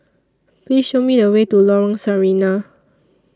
Please Show Me The Way to Lorong Sarina